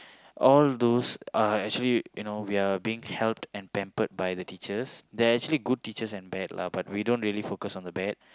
all those are actually you know we are being held and pampered by the teachers there are actually good teachers and bad lah but we don't really focus on the bad